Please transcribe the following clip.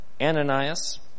Ananias